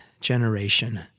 generation